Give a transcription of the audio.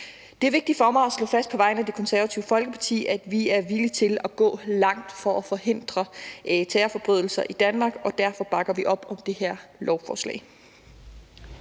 Det er vigtigt for mig at slå fast på vegne af Det Konservative Folkeparti, at vi er villige til at gå langt for at forhindre terrorforbrydelser i Danmark, og derfor bakker vi op om det her lovforslag.